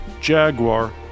Jaguar